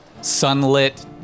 sunlit